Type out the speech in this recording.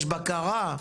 יש בקרה.